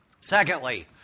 Secondly